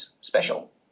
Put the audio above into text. special